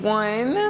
one